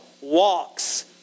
walks